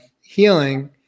healing